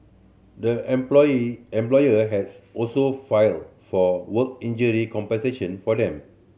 the employee employer has also filed for work injury compensation for them